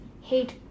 hate